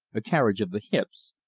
a carriage of the hips,